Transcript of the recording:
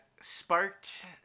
Sparked